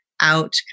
out